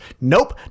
Nope